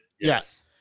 yes